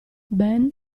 ben